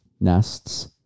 nests